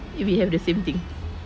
eh we have the same thing